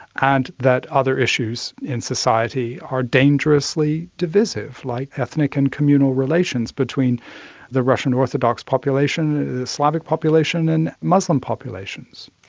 and that other issues in society are dangerously divisive, like ethnic and communal relations between the russian orthodox population, the slavic population and muslim populations.